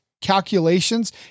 calculations